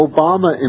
Obama